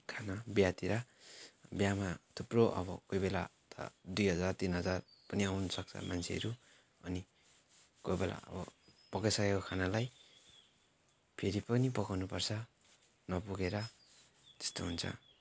खाना बिहातिर बिहामा थुप्रो अब कोही बेला त दुई हजार तिन हजार पनि आउनसक्छ मान्छेहरू अनि कोही बेला अब पकाइसकेको खानालाई फेरि पनि पकाउनुपर्छ नपुगेर त्यस्तो हुन्छ